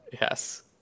yes